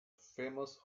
famous